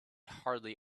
hardly